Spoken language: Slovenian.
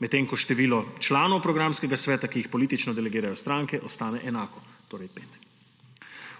medtem ko število članov programskega sveta, ki jih politično delegirajo stranke, ostane enako, torej 5.